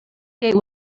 gate